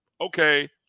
okay